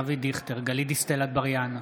אינו נוכח ולדימיר בליאק,